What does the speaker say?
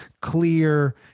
clear